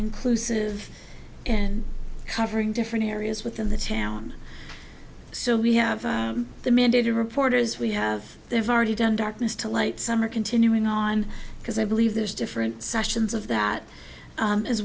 inclusive and covering different areas within the town so we have the mandated reporters we have they've already done darkness to light some are continuing on because i believe there's different sessions of that